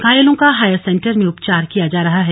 घायलों का higher centre में उपचार किया जा रहा है